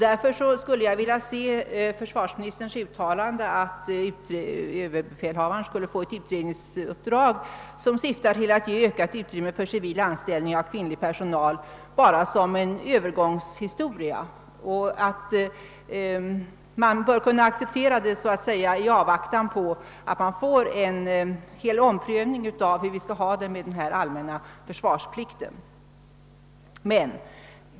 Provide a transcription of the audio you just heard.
Därför skulle jag vilja se försvarsministerns uttalande, att ÖB skulle få ett utredningsuppdrag som syftar till att ge ökat utrymme för civil anställning av kvinnlig personal, bara som en övergångshistoria, som bör kunna accepteras i avvaktan på att man får en omprövning av hela frågan hur vi bör ha det med den allmänna försvarsplikten.